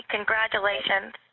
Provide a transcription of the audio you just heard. Congratulations